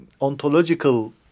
ontological